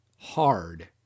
hard